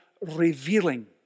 revealing